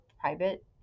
private